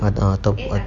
ah atau pun